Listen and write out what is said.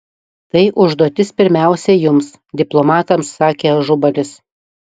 tai užduotis pirmiausia jums diplomatams sakė ažubalis